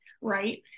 right